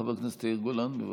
חבר הכנסת יאיר גולן, בבקשה.